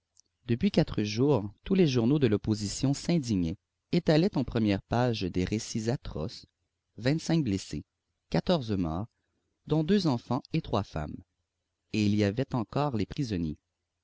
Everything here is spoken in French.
depuis quatre jours tous les journaux de l'opposition s'indignaient étalaient en première page des récits atroces vingt-cinq blessés quatorze morts dont deux enfants et trois femmes et il y avait encore les prisonniers